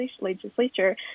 legislature